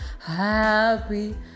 happy